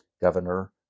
governor